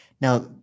Now